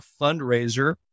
fundraiser